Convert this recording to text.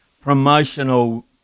promotional